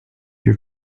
your